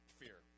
fear